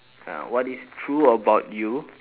uh what is true about you